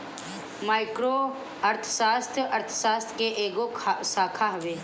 micro अर्थशास्त्र, अर्थशास्त्र के एगो शाखा हवे